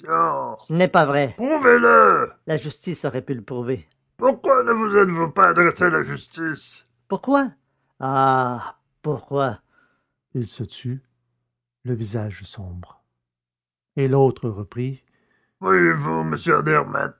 ce n'est pas vrai prouvez-le la justice aurait pu le prouver pourquoi ne vous êtes-vous pas adressé à la justice pourquoi ah pourquoi il se tut le visage sombre et l'autre reprit voyez-vous monsieur